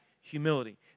humility